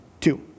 Two